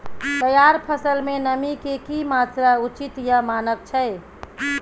तैयार फसल में नमी के की मात्रा उचित या मानक छै?